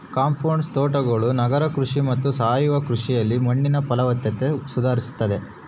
compost ತೋಟಗಳು ನಗರ ಕೃಷಿ ಮತ್ತು ಸಾವಯವ ಕೃಷಿಯಲ್ಲಿ ಮಣ್ಣಿನ ಫಲವತ್ತತೆ ಸುಧಾರಿಸ್ತತೆ